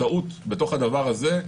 טעות בדבר הזה,